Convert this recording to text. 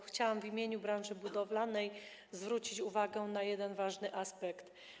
Chciałam w imieniu branży budowlanej zwrócić uwagę na jeden ważny aspekt.